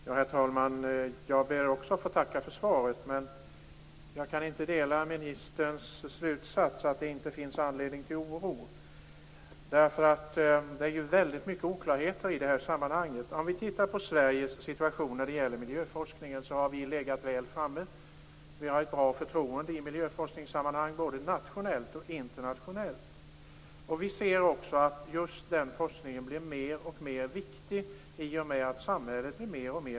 Herr talman! Också jag ber att få tacka för svaret. Men jag kan inte dela ministern slutsats att det inte finns anledning till oro. Det finns väldigt många oklarheter i det här sammanhanget. Om vi tittar på Sveriges situation när det gäller miljöforskningen har vi där legat väl framme. Vi har ett bra förtroende i miljöforskningssammanhang både nationellt och internationellt. Vi ser också att just den forskningen blir alltmer viktig i och med att samhället blir alltmer komplicerat.